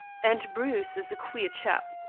and bruce is a queer chap.